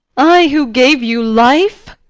i, who gave you life!